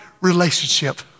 relationship